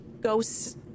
ghosts